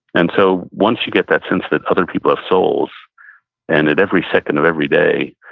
and so once you get that sense that other people have souls and that every second of every day,